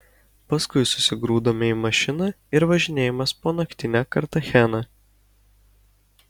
paskui susigrūdome į mašiną ir važinėjomės po naktinę kartacheną